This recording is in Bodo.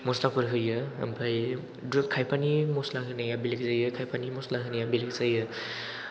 मस्लाफोर होयो ओमफ्राय खायफानि मस्ला होनाया बेलेक जायो खायफानि मस्ला होनाया बेलेक जायो